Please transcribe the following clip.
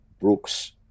Brooks